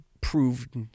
proved